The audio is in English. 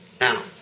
Now